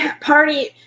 party